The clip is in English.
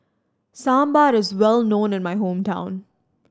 Sambar is well known in my hometown